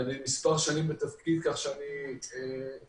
אני מספר שנים בתפקיד כך שאני בקשר